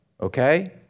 Okay